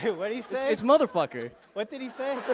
what did he say? it's motherf ah cker. what did he say?